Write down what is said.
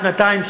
שנתיים,